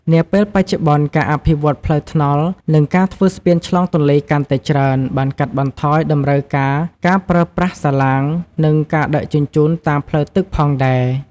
នាពេលបច្ចុប្បន្នការអភិវឌ្ឍន៍ផ្លូវថ្នល់ និងការធ្វើស្ពានឆ្លងទន្លេកាន់តែច្រើន បានកាត់បន្ថយតម្រូវការការប្រើប្រាស់សាឡាង និងការដឹកជញ្ជូនតាមផ្លូវទឹកផងដែរ។